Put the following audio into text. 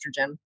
estrogen